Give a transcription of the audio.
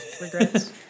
Regrets